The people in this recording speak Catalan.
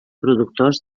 productors